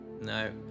No